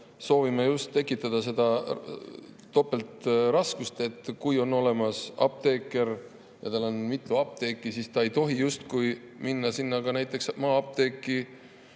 soovime just tekitada seda topeltraskust, et kui on olemas apteeker ja tal on mitu apteeki, siis ta ei tohi justkui minna ka näiteks maa-apteeki